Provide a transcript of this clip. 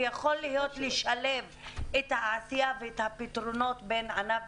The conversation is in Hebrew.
ואולי לשלב את העשייה ואת הפתרונות ביניהם.